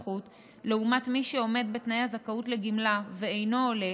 לעומת מי שעומד בתנאי הזכאות לגמלה ואינו עולה,